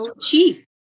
cheap